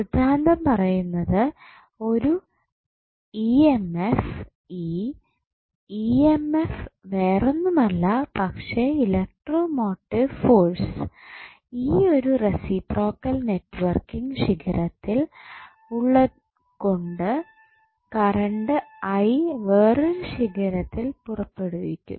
സിദ്ധാന്തം പറയുന്നത് ഒരു E M F E E M F വേറൊന്നുമല്ല പക്ഷേ ഇലക്ട്രോ മോട്ടീവ് ഫോഴ്സ് ഈ ഒരു റേസിപ്രോക്കൽ നെറ്റ്വർക്കിംഗ് ശിഖരത്തിൽ ഉള്ള ഒരു കറണ്ട് I വേറൊരു ശിഖരത്തിൽ പുറപ്പെടുവിക്കും